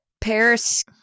Paris